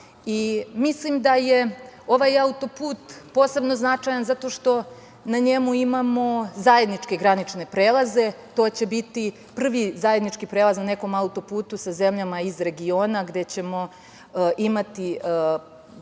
Mislim da je ovaj autoput posebno značajan zato što na njemu imamo zajedničke granične prelaze. To će biti prvi zajednički prelaz na nekom autoputu sa zemljama iz regiona gde ćemo imati